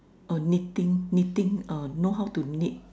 uh knitting knitting uh know how to knit